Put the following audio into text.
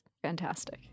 fantastic